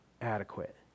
adequate